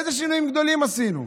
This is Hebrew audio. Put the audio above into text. איזה שינויים גדולים עשינו?